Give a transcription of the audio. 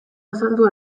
azaldu